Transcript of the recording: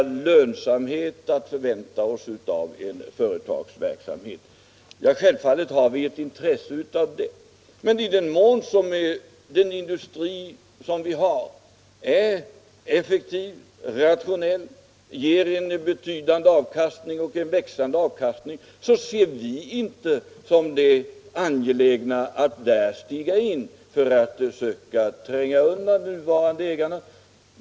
större lönsamhet att vänta av en företagsverksamhet. Självfallet har vi elt intresse härför. Men i den mån en industri är effektiv och rationell och ger en betydande och växande avkastning, ser vi det inte som angeläget att stiga in där och tränga undan de nuvarande ägarna.